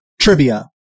trivia